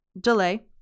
DeLay